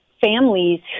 families